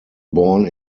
born